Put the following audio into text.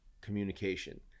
communication